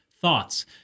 thoughts